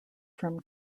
from